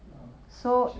oh actua~